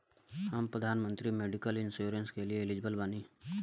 हम प्रधानमंत्री medical insurance के लिए एलिजिबल बानी?